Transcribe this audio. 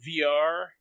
VR